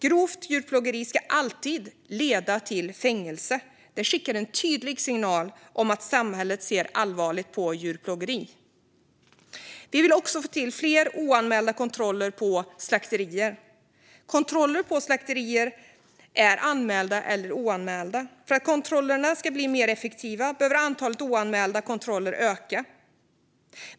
Grovt djurplågeri ska alltid leda till fängelse. Det skickar en tydlig signal om att samhället ser allvarligt på djurplågeri. Vi vill också få till fler oanmälda kontroller på slakterier. Kontroller på slakterier är anmälda eller oanmälda. För att kontrollerna ska bli mer effektiva behöver antalet oanmälda kontroller öka.